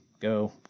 Go